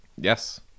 Yes